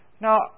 Now